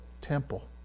temple